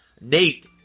Nate